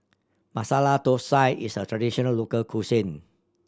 Masala Thosai is a traditional local cuisine